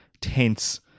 tense